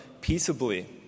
peaceably